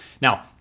Now